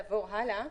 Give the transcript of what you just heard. נעבור הלאה.